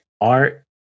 art